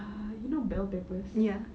ah you know bell peppers